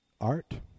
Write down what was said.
art